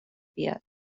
بیاد